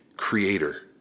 creator